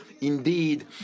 Indeed